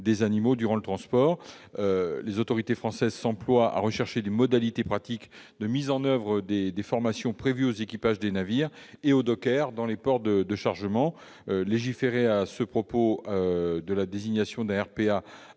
des animaux durant le transport. Les autorités françaises s'emploient à rechercher des modalités pratiques de mise en oeuvre des formations prévues pour les équipages des navires et les dockers dans les ports de chargement. Légiférer au sujet de la désignation d'un RPA